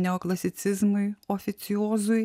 neoklasicizmui oficiozui